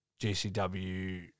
GCW